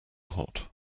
hot